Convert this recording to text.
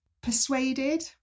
persuaded